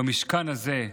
במשכן הזה,